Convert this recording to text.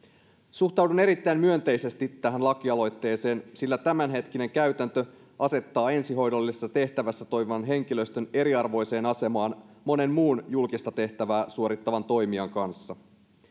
suhtaudun erittäin myönteisesti tähän lakialoitteeseen sillä tämänhetkinen käytäntö asettaa ensihoidollisessa tehtävässä toimivan henkilöstön eriarvoiseen asemaan monen muun julkista tehtävää suorittavan toimijan kanssa